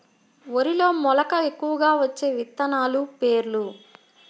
వరిలో మెలక ఎక్కువగా వచ్చే విత్తనాలు పేర్లు?